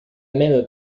même